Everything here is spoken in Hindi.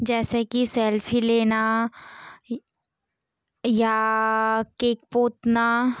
जैसे कि सेल्फ़ी लेना या केक पोतना